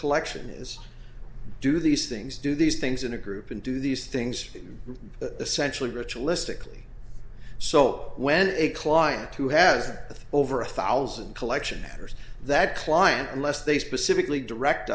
collection is do these things do these things in a group and do these things essential ritualistically so when a client who has an over a thousand collection matters that client unless they specifically direct